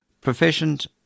proficient